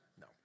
No